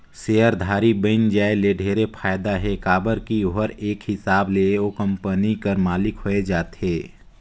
सेयरधारी बइन जाये ले ढेरे फायदा हे काबर की ओहर एक हिसाब ले ओ कंपनी कर मालिक होए जाथे